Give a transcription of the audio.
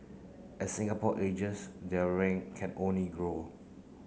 as Singapore ages their rank can only grow